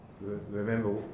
remember